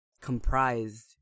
comprised